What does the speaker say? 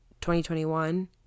2021